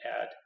add